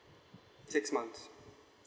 six months